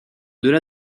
delà